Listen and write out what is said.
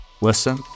Listen